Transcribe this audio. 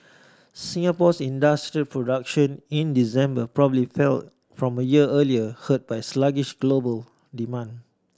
Singapore's industrial production in December probably fell from a year earlier hurt by sluggish global demand